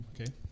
okay